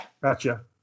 gotcha